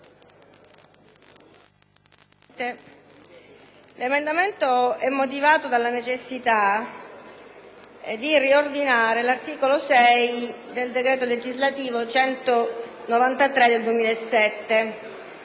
(testo 2) è motivato dalla necessità di riordinare l'articolo 6 del decreto legislativo n. 193 del 2007,